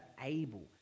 able